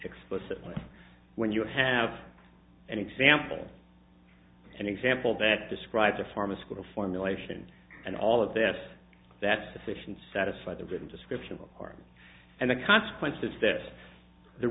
explicitly when you have an example an example that describes a pharmaceutical formulation and all of this that's sufficient satisfy the written description of the party and the consequences that the